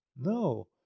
No